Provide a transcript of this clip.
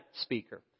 speaker